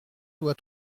doit